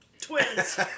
Twins